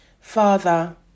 Father